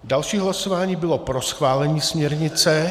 Další hlasování bylo pro schválení směrnice.